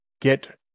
get